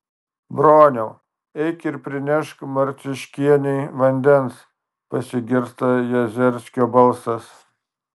broniau eik ir prinešk marciuškienei vandens pasigirsta jazerskio balsas